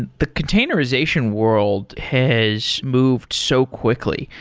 the containerization world has moved so quickly.